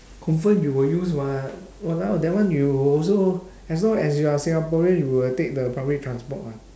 confirm you will use [what] !walao! that one you also as long as you are singaporean you will take the public transport lah